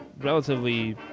relatively